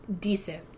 decent